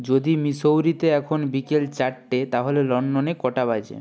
যদি মিসৌরিতে এখন বিকেল চারটে তাহলে লন্ডনে কটা বাজে